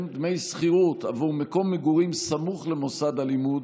דמי שכירות עבור מקום מגורים סמוך למוסד הלימוד,